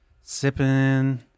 sipping